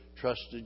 trusted